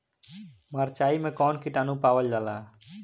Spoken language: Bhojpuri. मारचाई मे कौन किटानु पावल जाला?